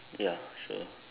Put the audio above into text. ya sure